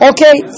Okay